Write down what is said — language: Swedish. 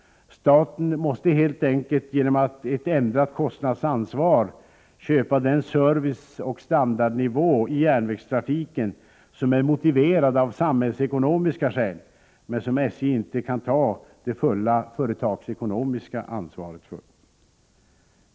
Staten måste helt enkelt genom ett ändrat kostnadsansvar köpa den serviceoch standardnivå i järnvägstrafiken som är motiverad av samhällsekonomiska skäl men som SJ inte kan ta det fulla företagsekonomiska ansvaret för.